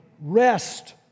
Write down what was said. rest